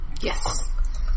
Yes